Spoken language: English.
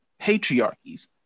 patriarchies